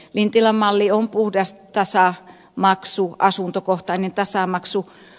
lintilän malli on puhdas tasamaksu asuntokohtainen tasamaksu